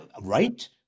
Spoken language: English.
right